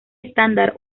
estándar